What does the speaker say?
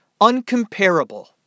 Uncomparable